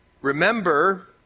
remember